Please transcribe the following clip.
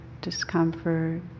discomfort